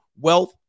Wealth